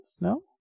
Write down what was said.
no